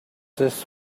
this